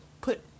put